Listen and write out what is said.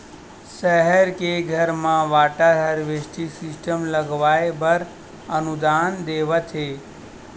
सहर के घर म वाटर हारवेस्टिंग सिस्टम लगवाए बर अनुदान देवत हे